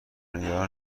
نگران